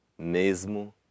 Mesmo